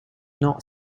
not